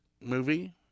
movie